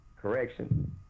Correction